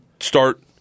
start